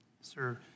sir